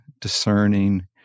discerning